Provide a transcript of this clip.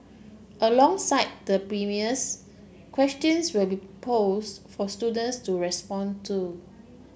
alongside the premiers questions will be pose for students to respond to